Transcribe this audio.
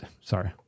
sorry